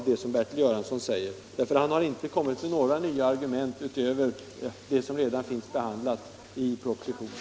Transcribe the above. Bertil Göransson har inte kommit med några nya argument utöver dem som redan finns behandlade i propositionen.